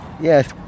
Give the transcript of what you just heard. Yes